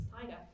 tiger